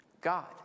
God